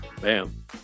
Bam